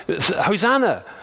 Hosanna